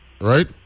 right